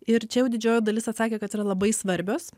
ir čia jau didžioji dalis atsakė kad yra labai svarbios